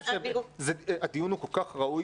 הדיון הוא מאוד ראוי.